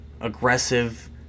aggressive